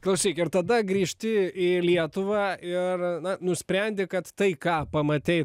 klausyk ir tada grįžti į lietuvą ir na nusprendi kad tai ką pamatei